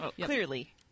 Clearly